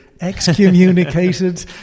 excommunicated